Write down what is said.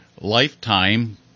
lifetime